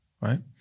Right